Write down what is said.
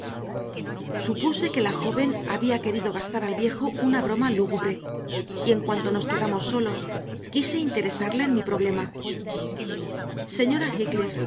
supuse que la joven había querido gastar al viejo una broma lúgubre y en cuanto nos quedamos solos quise interesarla en mi problema señora